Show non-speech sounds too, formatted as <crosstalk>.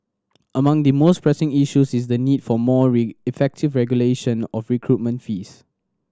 among the most pressing issues is the need for more <unintelligible> effective regulation of recruitment fees